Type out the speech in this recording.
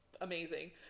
amazing